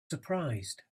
surprised